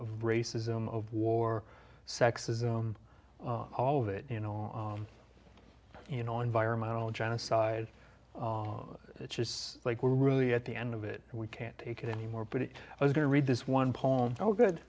of racism of war sexism all of it you know you know environmental genocide which is like we're really at the end of it and we can't take it anymore but it was going to read this one poem oh good